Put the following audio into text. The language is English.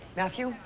matthew?